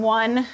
one